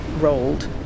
rolled